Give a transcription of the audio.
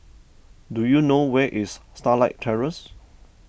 do you know where is Starlight Terrace